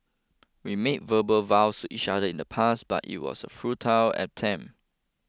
we made verbal vows to each other in the past but it was a futile attempt